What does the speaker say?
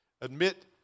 admit